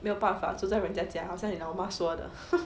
没有办法住在人家家好像你老妈说的